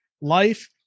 life